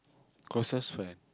closest friend